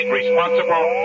responsible